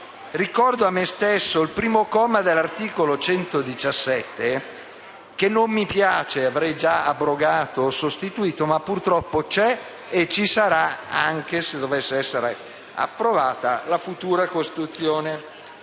Ricordo a me stesso il 1° comma dell'articolo 117 della Costituzione, che non ci piace e avrei già abrogato o sostituito, ma purtroppo c'è e ci sarà anche se dovesse essere approvata la futura Costituzione,